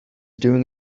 doing